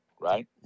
right